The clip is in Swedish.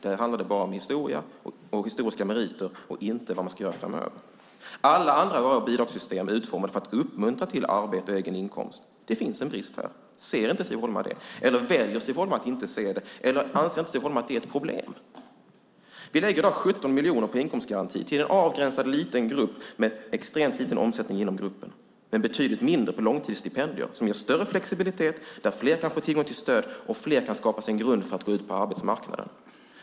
Där handlar det bara om historia och historiska meriter och inte om vad man ska göra framöver. Alla andra av våra bidragssystem är utformade för att uppmuntra till arbete och egen inkomst. Det finns en brist här. Ser inte Siv Holma det? Eller väljer Siv Holma att inte se det? Eller anser inte Siv Holma att det är ett problem? Vi lägger i dag 17 miljoner på inkomstgaranti till en avgränsad liten grupp med extremt liten omsättning inom gruppen och betydligt mindre på långtidsstipendier som ger större flexibilitet. Med dem kan fler få tillgång till stöd och skapa sig en grund för att gå ut på arbetsmarknaden.